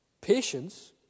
Patience